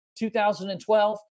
2012